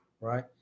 right